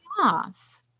off